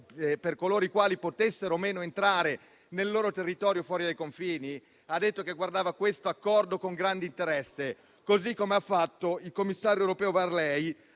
per coloro i quali potessero o meno entrare nel loro territorio, fuori dai confini? Ha detto che guardava a questo accordo con grande interesse, così come ha fatto il commissario europeo per